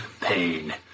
Pain